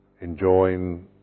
enjoying